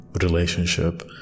relationship